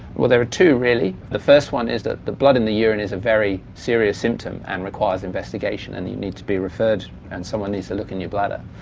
well there are two really. the first one is that blood in the urine is a very serious symptom and requires investigation and you need to be referred and someone needs to look in your bladder.